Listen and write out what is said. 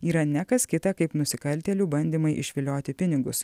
yra ne kas kita kaip nusikaltėlių bandymai išvilioti pinigus